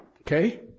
Okay